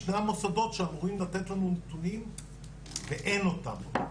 שני המוסדות שאמורים לתת לנו נתונים ואין אותם.